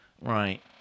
Right